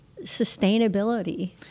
sustainability